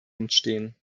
entstehen